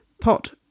pot